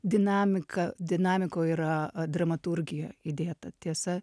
dinamika dinamikoj yra a dramaturgija įdėta tiesa